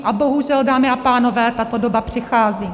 A bohužel, dámy a pánové, tato doba přichází.